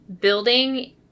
building